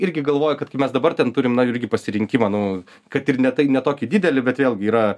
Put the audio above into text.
irgi galvoju kad kai mes dabar ten turim na irgi pasirinkimą nu kad ir ne tai ne tokį didelį bet vėlgi yra